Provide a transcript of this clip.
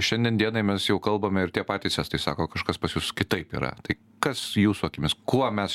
šiandien dienai mes jau kalbame ir tie patys estai sako kažkas pas jus kitaip yra tai kas jūsų akimis kuo mes